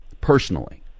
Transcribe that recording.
personally